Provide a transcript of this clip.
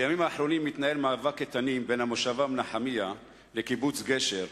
בימים האחרונים מתנהל מאבק איתנים בין המושבה מנחמיה לקיבוץ גשר.